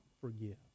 forgive